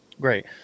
great